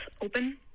open